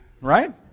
Right